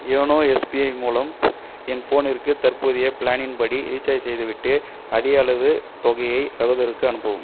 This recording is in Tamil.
யோனோ எஸ்பிஐ மூலம் என் ஃபோனிற்கு தற்போதைய பிளானின் படி ரீசார்ஜ் செய்துவிட்டு அதேயளவு தொகையை சகோதரருக்கும் அனுப்பவும்